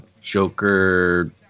Joker